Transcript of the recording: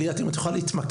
ליאת, אם את יכולה להתמקד